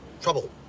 trouble